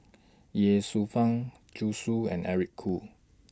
Ye Shufang Zhu Xu and Eric Khoo